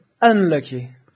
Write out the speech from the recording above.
unlucky